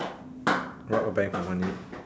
rob a bank for money